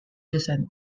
descent